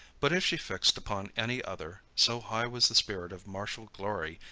but if she fixed upon any other, so high was the spirit of martial glory,